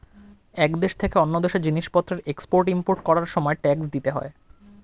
এক দেশ থেকে অন্য দেশে জিনিসপত্রের এক্সপোর্ট ইমপোর্ট করার সময় ট্যাক্স দিতে হয়